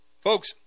folks